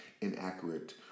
inaccurate